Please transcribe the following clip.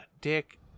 dick